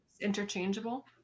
Interchangeable